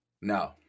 No